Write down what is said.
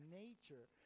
nature